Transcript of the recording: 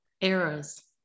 eras